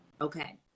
Okay